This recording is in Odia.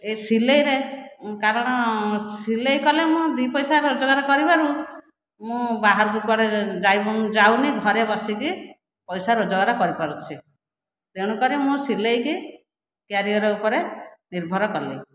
ଏ ସିଲେଇରେ କାରଣ ସିଲେଇ କଲେ ମୁଁ ଦୁଇ ପଇସା ରୋଜଗାର କରିବାରୁ ମୁଁ ବାହାରକୁ କୁଆଡ଼େ ଯାଉନାହିଁ ଘରେ ବସିକି ପଇସା ରୋଜଗାର କରିପାରୁଛି ତେଣୁକରି ମୁଁ ସିଲେଇକି କ୍ୟାରିୟର ଉପରେ ନିର୍ଭର କଲି